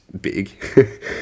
big